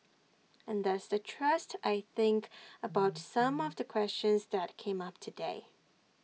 and that's the thrust I think about some of the questions that came up today